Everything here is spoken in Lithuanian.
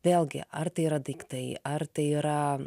vėlgi ar tai yra daiktai ar tai yra